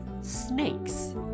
Snakes